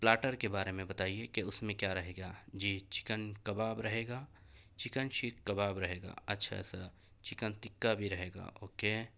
platter کے بارے میں بتایے کہ اس میں کیا رہے گا جی چکن کباب رہے گا چکن سیکھ کباب رہے گا اچھا سر چکن ٹکا بھی رہے گا اوکے